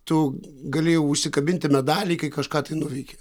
tu gali užsikabinti medalį kai kažką tai nuveikei